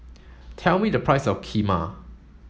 tell me the price of Kheema